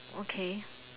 okay